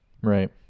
Right